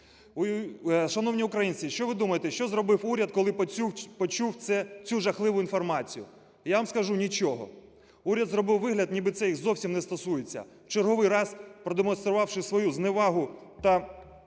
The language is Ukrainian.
Шановні українці, що видумаєте, що зробив уряд, коли почув цю жахливу інформацію? Я вам скажу: нічого. Уряд зробив вигляд, ніби це їх зовсім не стосується, в черговий раз продемонструвавши свою зневагу та